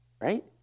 Right